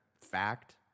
fact